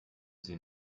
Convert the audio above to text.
sie